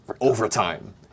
overtime